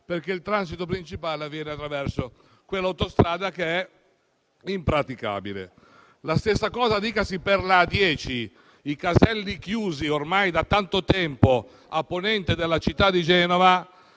perché il transito principale avviene attraverso quell'autostrada, che è impraticabile. La stessa cosa dicasi per la A10: i cancelli chiusi ormai da tanto tempo a ponente della città di Genova,